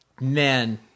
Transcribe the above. Man